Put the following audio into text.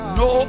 no